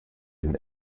den